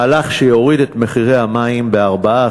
מהלך שיוריד את מחירי המים ב-4%,